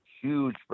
huge